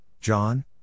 John